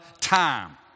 time